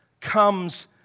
comes